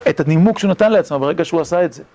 את הנימוק שהוא נתן לעצמו ברגע שהוא עשה את זה.